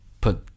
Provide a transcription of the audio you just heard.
put